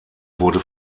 wurde